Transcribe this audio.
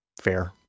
fair